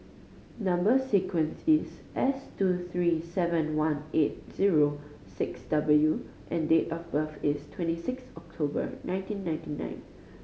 number sequence is S two three seven one eight zero six W and date of birth is twenty six October nineteen ninety nine